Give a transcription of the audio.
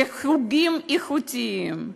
לחוגים איכותיים.